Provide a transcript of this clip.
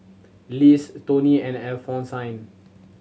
Liz Tony and Alphonsine